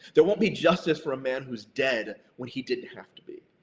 there won't be justice for a man who's dead when he didn't have to be.